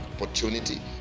opportunity